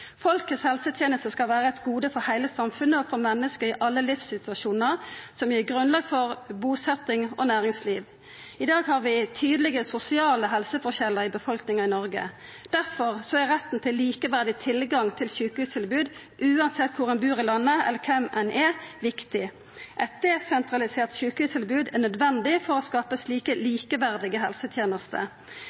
Folkets helseteneste skal vera eit gode for heile samfunnet og for menneske i alle livssituasjonar, som gir grunnlag for busetjing og næringsliv. I dag har vi tydelege sosiale helseforskjellar i befolkninga i Noreg. Difor er retten til likeverdig tilgang til sjukehustilbod, uansett kvar ein bur i landet eller kven ein er, viktig. Eit desentralisert sjukehustilbod er nødvendig for å skapa slike likeverdige